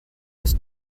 ist